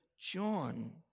John